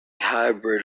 hybrid